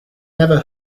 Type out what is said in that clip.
never